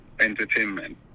entertainment